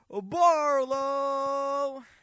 Barlow